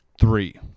Three